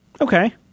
Okay